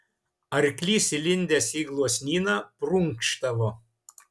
arklys įlindęs į gluosnyną prunkštavo